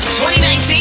2019